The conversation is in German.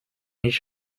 ich